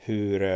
Hur